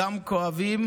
גם כואבים